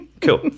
Cool